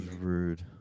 rude